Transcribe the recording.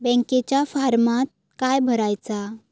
बँकेच्या फारमात काय भरायचा?